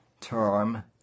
term